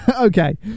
Okay